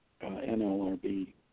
NLRB